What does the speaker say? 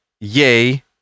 yay